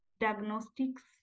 diagnostics